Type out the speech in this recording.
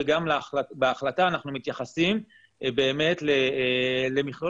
וגם בהחלטה אנחנו מתייחסים באמת למכלול